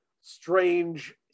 strange